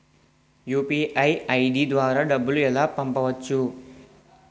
UPI ID ద్వారా డబ్బులు ఎలా పంపవచ్చు?